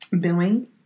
Billing